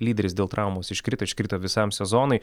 lyderis dėl traumos iškrito iškrito visam sezonui